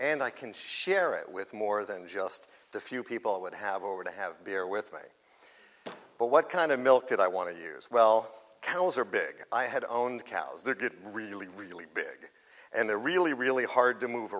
and i can share it with more than just the few people would have over to have a beer with me but what kind of milk did i want to use well cows are big i had owned cows they're good really really big and they're really really hard to move